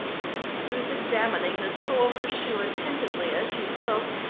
she was examining the toe of her shoe attentively as she spoke,